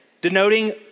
denoting